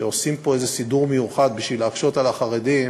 שעושים פה איזה סידור מיוחד בשביל להקשות על החרדים,